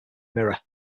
mirror